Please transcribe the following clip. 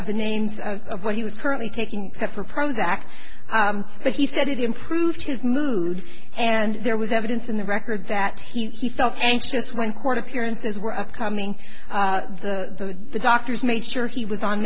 of the names of what he was currently taking except for prozac but he said it improved his mood and there was evidence in the record that he felt anxious when court appearances were coming the the doctors made sure he was on